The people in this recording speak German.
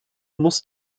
muss